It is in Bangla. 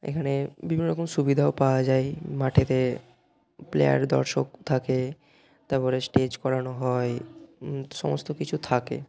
এখানে বিভিন্ন রকম সুবিধাও পাওয়া যায় মাঠেতে প্লেয়ার দর্শক থাকে তারপরে স্টেজ করানো হয় সমস্ত কিছু থাকে